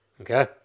Okay